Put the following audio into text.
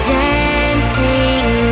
dancing